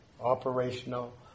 operational